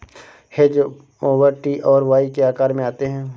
hedge mower T और Y के आकार में आते हैं